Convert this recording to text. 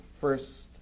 first